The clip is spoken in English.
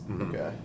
Okay